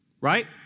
Right